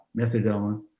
methadone